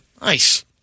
Nice